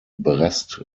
brest